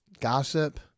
gossip